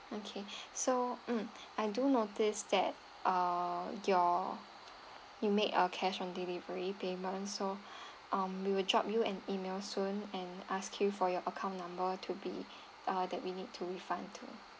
okay so mm I do notice that err your you made a cash on delivery payment so um we will drop you an email soon and ask you for your account number to be uh that we need to refund to